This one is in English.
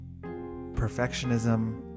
perfectionism